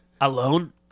Alone